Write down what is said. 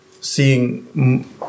seeing